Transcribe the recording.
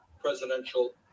presidential